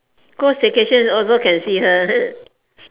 go staycation also can see her